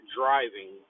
driving